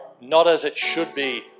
not-as-it-should-be